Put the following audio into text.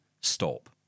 stop